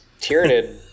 Tyranid